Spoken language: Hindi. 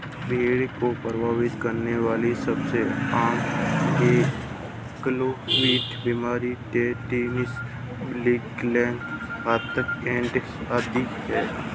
भेड़ को प्रभावित करने वाली सबसे आम क्लोस्ट्रीडिया बीमारियां टिटनेस, ब्लैक लेग, घातक एडिमा आदि है